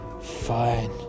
Fine